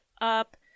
up